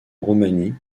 roumanie